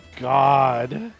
God